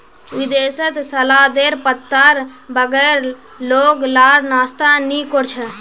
विदेशत सलादेर पत्तार बगैर लोग लार नाश्ता नि कोर छे